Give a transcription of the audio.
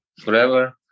forever